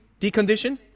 deconditioned